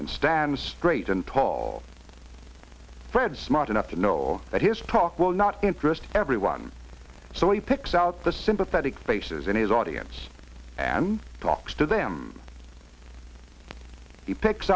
and stands straight and tall fred smart enough to know that his talk will not interest everyone so he picks out the sympathetic faces in his audience and talks to them he picks